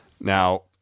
Now